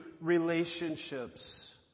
relationships